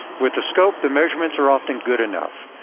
with the scope, the measurements are often good enough.